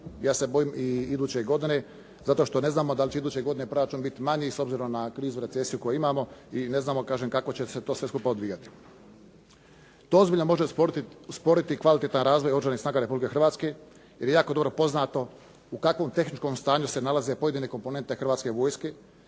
ja se bojim i iduće godine zato što ne znamo da li će iduće godine proračun biti manji s obzirom na krizu, recesiju koju imamo i ne znamo kažem kako će se to sve skupa odvijati. To ozbiljno može usporiti kvalitetan razvoj Oružanih snaga Republike Hrvatske jer je jako dobro poznato u kakvom tehničkom stanju se nalaze pojedine komponente Hrvatske vojske.